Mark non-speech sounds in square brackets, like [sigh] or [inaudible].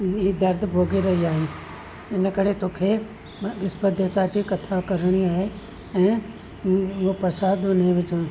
ही दर्द भोगे रही आहीं इन करे तोखे विस्पति देवता जी कथा करणी आहे ऐं हू प्रसाद [unintelligible]